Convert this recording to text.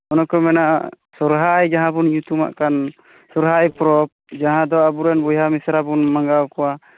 ᱚᱱᱟ ᱠᱚ ᱢᱮᱱᱟᱜᱼᱟ ᱥᱚᱨᱦᱟᱭ ᱡᱟᱦᱟᱸ ᱵᱚᱱ ᱧᱩᱛᱩᱢᱟᱜ ᱠᱟᱱ ᱥᱚᱨᱦᱟᱭ ᱯᱚᱨᱚᱵᱽ ᱡᱟᱦᱟᱸ ᱫᱚ ᱟᱵᱚ ᱨᱮᱱ ᱵᱚᱭᱦᱟ ᱢᱤᱥᱨᱟ ᱵᱚᱱ ᱢᱟᱸᱜᱟᱣ ᱠᱚᱣᱟ